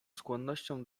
skłonnością